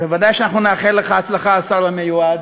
ודאי שאנחנו נאחל לך הצלחה, השר המיועד,